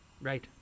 Right